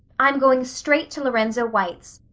i'm going straight to lorenzo white's.